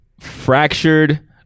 fractured